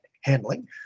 handling